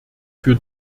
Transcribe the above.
für